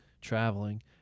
traveling